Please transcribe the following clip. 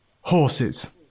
horses